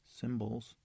Symbols